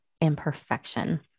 Imperfection